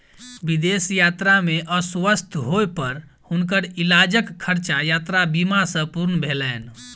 विदेश यात्रा में अस्वस्थ होय पर हुनकर इलाजक खर्चा यात्रा बीमा सॅ पूर्ण भेलैन